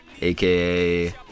aka